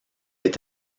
est